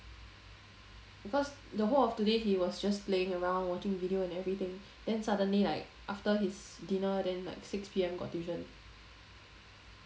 beceause the whole of today he was just playing around watching video and everything then suddenly like after his dinner then like six P_M got tuition